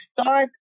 start